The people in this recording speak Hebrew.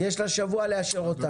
יש לה שבוע לאשר,